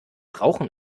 rauchen